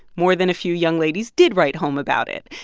more than a few young ladies did write home about it.